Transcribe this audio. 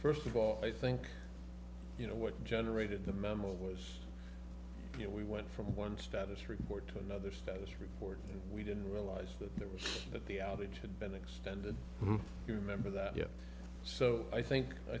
first of all i think you know what generated the memo was you know we went from one status report to another status report we didn't realize that there was that the outage had been extended you remember that you so i think i